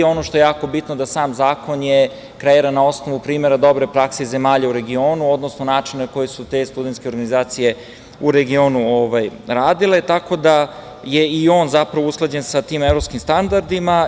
Ono što je jako bitno da je sam zakon kreiran na osnovu primera dobre prakse zemalja u regionu, odnosno načina koje su te studentske organizacije u regionu radile, tako da je i on usklađen sa tim evropskim standardima.